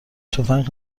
تفنگ